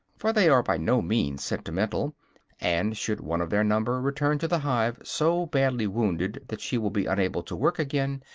for they are by no means sentimental and should one of their number return to the hive so badly wounded that she will be unable to work again,